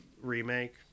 remake